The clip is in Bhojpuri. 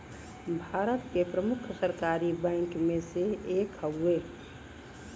भारत के प्रमुख सरकारी बैंक मे से एक हउवे